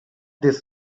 this